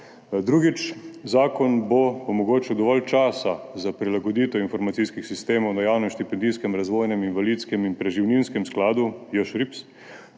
Drugič, zakon bo omogočil dovolj časa za prilagoditev informacijskih sistemov na Javnem štipendijskem, razvojnem, invalidskem in preživninskem skladu, JŠRIPS